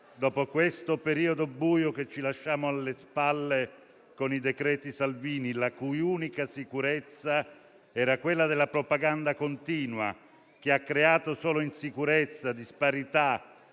dopo questo periodo buio che ci lasciamo alle spalle con i decreti Salvini, la cui unica sicurezza era quella della propaganda continua, che ha creato solo insicurezza, disparità,